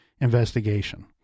investigation